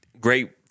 great